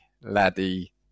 laddie